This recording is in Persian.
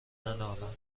ننالم